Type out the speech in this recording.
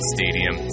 Stadium